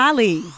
Ali